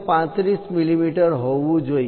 35 millimetre હોવુ જોઈએ